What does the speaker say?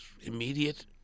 immediate